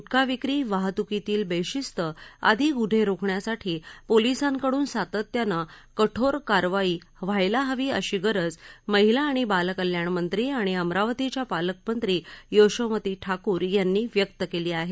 अवधीदारूविक्री गुटखाविक्री वाहतुकीतील बेशिस्त आदी गुन्हे रोखण्यासाठी पोलीसांकडुन सातत्यानं कठोर व्हायला हवी अशी गरज महिला आणि बालकल्याण मंत्री आणि अमरावतीच्या पालकमंत्री यशोमती ठाकूर यांनी व्यक्त केली आहे